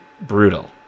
brutal